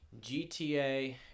GTA